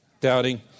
doubting